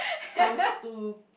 comes to